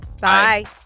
Bye